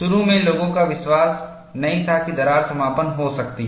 शुरू में लोगों को विश्वास नहीं था कि दरार समापन हो सकती है